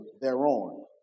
thereon